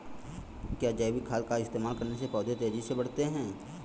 क्या जैविक खाद का इस्तेमाल करने से पौधे तेजी से बढ़ते हैं?